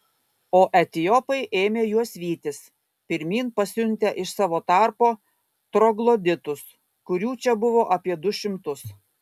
o etiopai ėmė juos vytis pirmyn pasiuntę iš savo tarpo trogloditus kurių čia buvo apie du šimtus